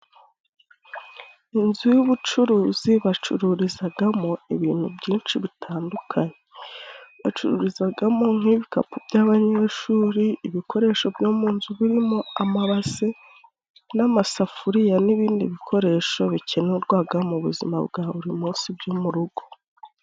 Inzu y'ubucuruzi bacururizagamo ibintu byinshi bitandukanye, bacururizagamo nk'ibikapu by'abanyeshuri, ibikoresho byo mu nzu birimo amabase, n'amasafuriya n'ibindi bikoresho bikenerwaga mu buzima bwa buri munsi byo mu rugo.